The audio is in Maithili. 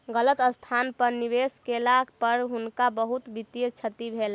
गलत स्थान पर निवेश केला पर हुनका बहुत वित्तीय क्षति भेलैन